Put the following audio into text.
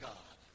God